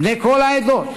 בני כל העדות,